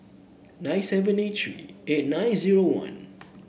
nine seven eight three eight nine zero one